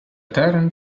терен